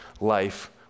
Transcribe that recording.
life